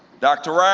dr. rous.